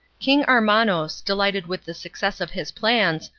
king armanos, delighted with the success of his plans,